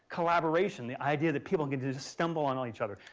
collaboration, the idea that people could just stumble on on each other.